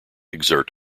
exert